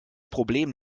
problem